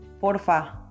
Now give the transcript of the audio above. porfa